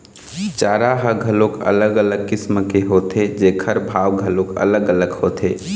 चारा ह घलोक अलग अलग किसम के होथे जेखर भाव घलोक अलग अलग होथे